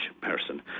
person